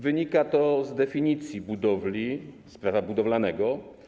Wynika to z definicji budowli z Prawa budowlanego.